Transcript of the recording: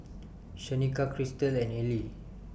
Shanika Christal and Eli